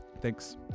Thanks